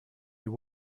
you